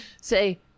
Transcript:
Say